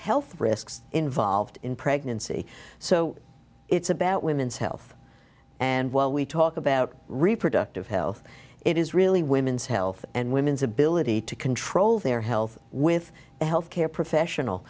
health risks involved in pregnancy so it's about women's health and while we talk about reproductive health it is really women's health and women's ability to control their health with the health care professional